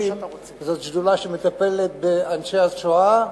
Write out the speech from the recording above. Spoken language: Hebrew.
זאת שדולה שמטפלת באנשי השואה.